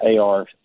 AR